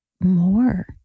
more